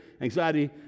anxiety